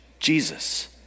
Jesus